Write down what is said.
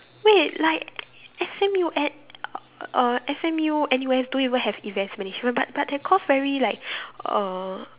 wait like S_M_U uh uh S_M_U N_U_S don't even have events management but but that course very like uh